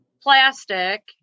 plastic